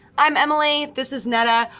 i'm emily, this is nada.